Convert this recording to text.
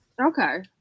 Okay